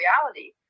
reality